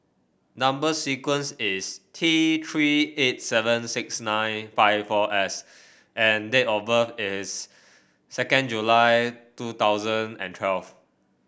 number sequence is T Three eight seven six nine five four S and date of birth is second July two thousand and twelve